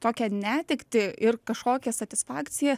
tokią netektį ir kažkokią satisfakciją